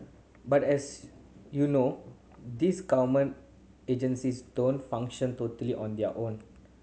but as you know these government agencies don't function totally on their own